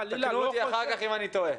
תקנו אותי אחר כך אם אני טועה.